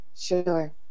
sure